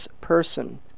person